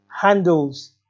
handles